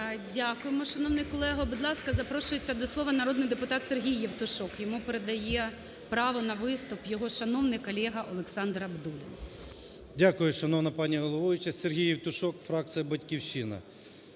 Дякуємо, шановний колего. Будь ласка, запрошується до слова народний депутат Сергій Євтушок. Йому передає право на виступ його шановний колега Олександр Абдуллін. 10:58:51 ЄВТУШОК С.М. Дякую, шановна пані головуюча. Сергій Євтушок, фракція "Батьківщина".